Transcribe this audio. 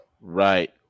Right